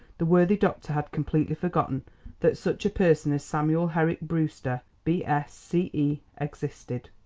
the worthy doctor had completely forgotten that such a person as samuel herrick brewster, b s, c e. existed.